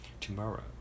tomorrow